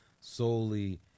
solely